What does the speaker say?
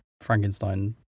Frankenstein